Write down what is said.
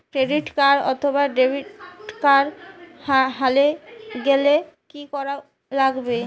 Credit card অথবা debit card হারে গেলে কি করা লাগবে?